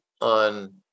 on